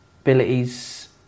abilities